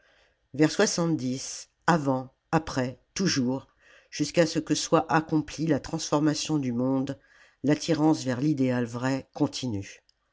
ers avant après toujours jusqu'à ce que soit accomplie la transformation du monde l'attirance vers l'idéal vrai continue